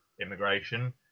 immigration